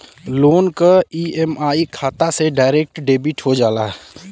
loan क EMI खाता से डायरेक्ट डेबिट हो जाला